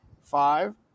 Five